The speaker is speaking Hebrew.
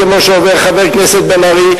כמו שאומר חבר הכנסת בן-ארי,